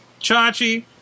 Chachi